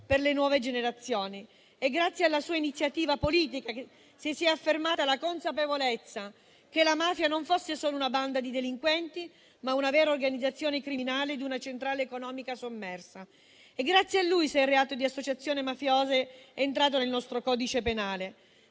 per le nuove generazioni: è grazie alla sua iniziativa politica che si è affermata la consapevolezza che la mafia non fosse solo una banda di delinquenti, ma anche una vera organizzazione criminale di una centrale economica sommersa. È grazie a lui se il reato di associazione mafiosa è entrato nel nostro codice penale.